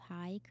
hike